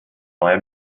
neue